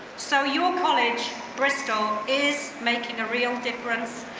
so your college, bristol, is making a real difference,